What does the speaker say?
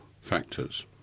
factors